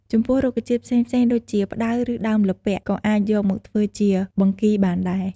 ចំពោះរុក្ខជាតិផ្សេងៗ ដូចជា ផ្តៅ ឬដើមល្ពាក់ ក៏អាចយកមកធ្វើជាបង្គីបានដែរ។